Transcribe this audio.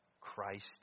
Christ